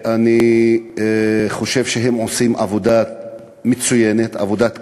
אני חושב שהם עושים עבודה מצוינת, עבודת קודש.